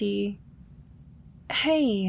Hey